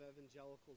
evangelicals